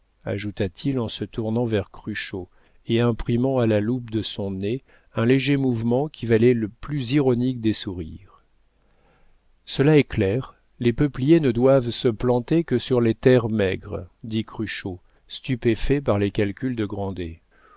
ajouta-t-il en se tournant vers cruchot et imprimant à la loupe de son nez un léger mouvement qui valait le plus ironique des sourires cela est clair les peupliers ne doivent se planter que sur les terres maigres dit cruchot stupéfait par les calculs de